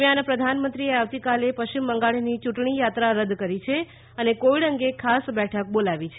દરમિયાન પ્રધાનમંત્રીએ આવતીકાલે પશ્ચિમ બંગાળની યુંટણી યાત્રા રદ કરી છે અને કોવીડ અંગે ખાસ બેઠક બોલાવી છે